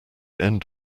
end